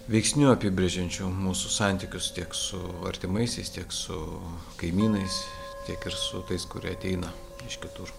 veiksnių apibrėžiančių mūsų santykius tiek su artimaisiais tiek su kaimynais tiek ir su tais kurie ateina iš kitur